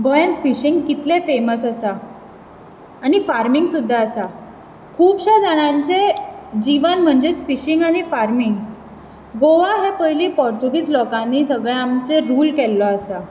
गोयांन fishing कितले famous आसा आनी फार्मिंग सुद्दां आसा खुबश्या जाणांचे जीवन म्हणजेच फिशींग आनी फार्मिंग गोवा हे पयली पोर्तुगीज लोकांनी सगळें आमचेर रूल केल्लो आसा